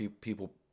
people